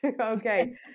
Okay